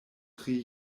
tri